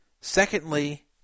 Secondly